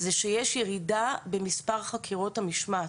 זה שיש ירידה במספר חקירות המשמעת.